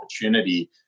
opportunity